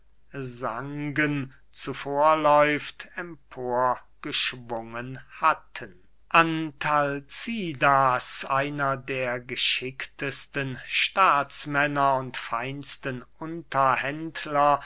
zuvorläuft emporgeschwungen hatten antalcidas einer der geschicktesten staatsmänner und feinsten unterhändler